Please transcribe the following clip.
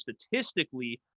statistically